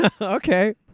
Okay